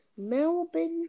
Melbourne